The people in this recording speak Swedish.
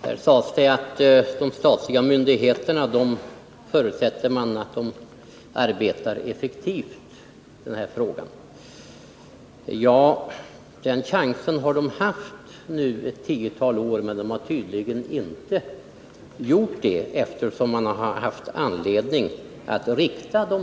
Herr talman! Här sades att man förutsätter att de statliga myndigheterna arbetar effektivt i denna fråga. Ja, den chansen har de haft nu ett tiotal år, men de har tydligen inte gjort det, eftersom det funnits anledning att rikta